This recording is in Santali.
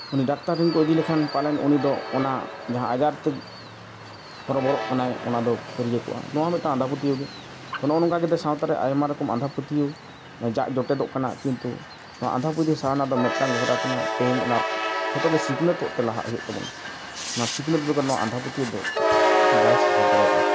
ᱩᱱᱤ ᱰᱟᱠᱛᱟᱨ ᱴᱷᱮᱱ ᱠᱚ ᱤᱫᱤ ᱞᱮᱠᱷᱟᱱ ᱯᱟᱞᱮᱱ ᱩᱱᱤ ᱫᱚ ᱡᱟᱦᱟᱸ ᱟᱡᱟᱨᱛᱮ ᱦᱚᱨᱚᱼᱵᱚᱨᱚᱜ ᱠᱟᱱᱟᱭ ᱚᱱᱟ ᱫᱚ ᱯᱷᱟᱹᱨᱭᱟᱹ ᱠᱚᱜᱼᱟ ᱱᱚᱣᱟ ᱦᱚᱸ ᱢᱤᱫᱴᱟᱱ ᱟᱸᱫᱷᱟᱯᱟᱹᱛᱭᱟᱹᱣ ᱜᱮ ᱛᱳ ᱱᱚᱜᱼᱚ ᱱᱚᱝᱠᱟ ᱠᱟᱛᱮᱫ ᱥᱟᱶᱛᱟᱨᱮ ᱟᱭᱢᱟ ᱨᱚᱠᱚᱢ ᱟᱸᱫᱷᱟᱯᱟᱹᱛᱭᱟᱹᱣ ᱡᱟᱜ ᱡᱚᱴᱮᱫᱚᱜ ᱠᱟᱱᱟ ᱠᱤᱱᱛᱩ ᱱᱚᱣᱟ ᱟᱸᱫᱷᱟᱯᱟᱹᱛᱭᱟᱹᱣ ᱥᱚᱨᱟᱣ ᱨᱮᱱᱟᱜ ᱫᱚ ᱢᱤᱫᱴᱟᱱ ᱦᱚᱨᱟ ᱠᱟᱱᱟ ᱛᱮᱦᱤᱧ ᱚᱱᱟ ᱡᱷᱚᱛᱚᱜᱮ ᱥᱤᱠᱷᱱᱟᱹᱛᱚᱜ ᱛᱮ ᱞᱟᱦᱟᱜ ᱦᱩᱭᱩᱜ ᱛᱟᱵᱚᱱᱟ ᱚᱱᱟ ᱥᱤᱠᱷᱱᱟᱹᱛ ᱵᱮᱜᱚᱨ ᱱᱚᱣᱟ ᱟᱸᱫᱷᱟᱯᱟᱹᱛᱭᱟᱹᱣ ᱫᱚ ᱵᱟᱭ ᱥᱟᱦᱟ ᱫᱟᱲᱮᱭᱟᱜᱼᱟ